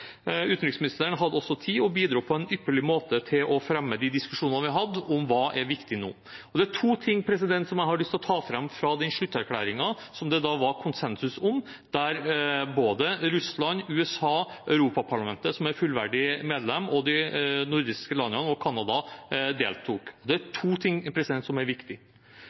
Utenriksministeren hadde også tid og bidro på en ypperlig måte til å fremme de diskusjonene vi hadde om hva som er viktig nå. Det er to ting som jeg har lyst til å ta fram fra den slutterklæringen som det da var konsensus om, der både Russland, USA, Europaparlamentet, som er fullverdig medlem, de nordiske landene og Canada deltok. Det er to ting som er